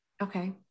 Okay